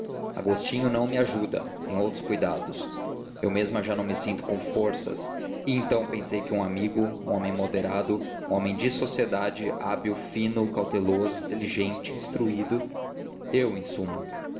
agostinho não me ajuda tem outros cuidados eu mesma já não me sinto com forças e então pensei que um amigo um homem moderado um homem de sociedade hábil fino cauteloso inteligente instruído eu em suma